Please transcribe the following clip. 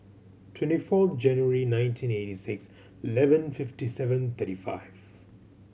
twenty four January nineteen eighty six eleven fifty seven thirty five